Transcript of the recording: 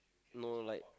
no like